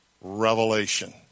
revelation